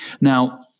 Now